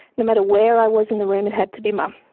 no matter where i was in the room, it had to be mum.